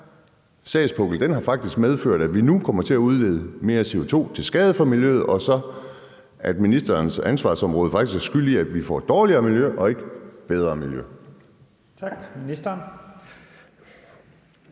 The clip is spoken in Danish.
sagspukkel faktisk har medført, at vi nu kommer til at udlede mere CO2 til skade for miljøet, og at ministerens ansvarsområde faktisk er skyld i, at vi får et dårligere miljø og ikke et bedre miljø? Kl.